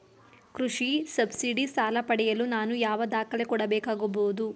ಕೃಷಿ ಸಬ್ಸಿಡಿ ಸಾಲ ಪಡೆಯಲು ನಾನು ಯಾವ ದಾಖಲೆ ಕೊಡಬೇಕಾಗಬಹುದು?